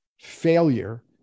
failure